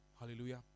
Hallelujah